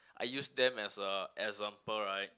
I use them as a example right